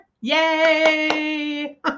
Yay